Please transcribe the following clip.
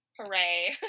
hooray